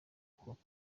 kubaka